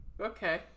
Okay